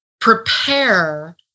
prepare